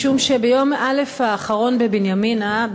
משום שביום א' האחרון בבנימינה,